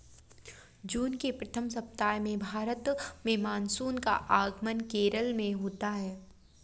जून के प्रथम सप्ताह में भारत में मानसून का आगमन केरल में होता है